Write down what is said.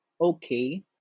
okay